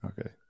Okay